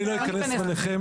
אני לא אכנס ביניכן,